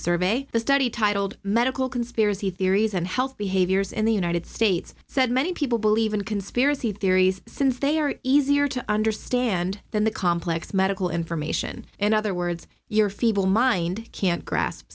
survey the study titled medical conspiracy theories and health behaviors in the united states said many people believe in conspiracy theories since they are easier to understand than the complex medical information in other words your feeble mind can't grasp